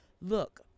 look